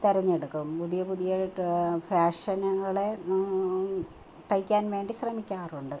തിരഞ്ഞെടുക്കും പുതിയ പുതിയ ഫാഷനുകളെ തൈക്കാൻ വേണ്ടി ശ്രമിക്കാറുണ്ട്